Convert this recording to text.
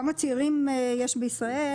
כמה צעירים יש בישראל,